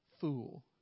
fool